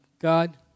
God